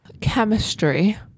Chemistry